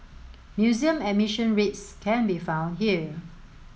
museum admission rates can be found here